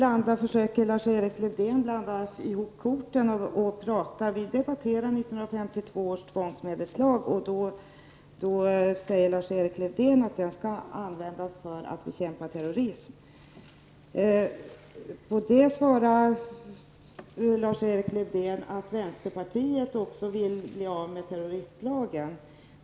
Herr talman! Lars-Erik Lövdén försöker blanda bort korten. Vi debatterar 1952 års tvångsmedelslag. Lars-Erik Lövdén säger att den skall användas för att bekämpa terrorism och säger att vänsterpartiet vill bli av med terroristlagen.